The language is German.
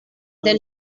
den